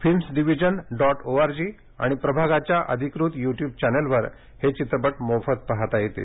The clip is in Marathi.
फिल्म्सडिवीजन डॉट ओआरजी आणि प्रभागाच्या अधिकृत युट्युब चॅनलवर हे चित्रपट मोफत पाहता येतील